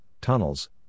tunnels